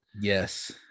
Yes